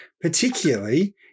particularly